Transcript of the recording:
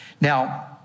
Now